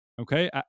okay